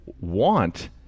want